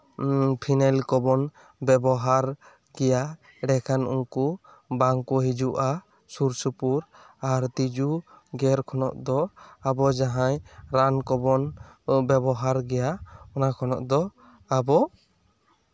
phenyl ᱠᱚᱵᱚᱱ ᱵᱮᱵᱚᱦᱟᱨ ᱠᱮᱭᱟ ᱮᱱᱰᱮ ᱠᱷᱟᱱ ᱩᱱᱠᱩ ᱵᱟᱝ ᱠᱚ ᱦᱤᱡᱩᱜᱼᱟ ᱥᱩᱨ ᱥᱩᱯᱩᱨ ᱟᱨ ᱛᱤᱡᱩ ᱜᱮᱨ ᱠᱷᱚᱱᱟᱜ ᱫᱚ ᱟᱵᱚ ᱡᱟᱦᱟᱸᱭ ᱨᱟᱱ ᱠᱚᱵᱚᱱ ᱵᱮᱵᱚᱦᱟᱨ ᱜᱮᱭᱟ ᱱᱟ ᱠᱷᱚᱱᱟᱜ ᱫᱚ ᱟᱵᱚ